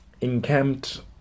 encamped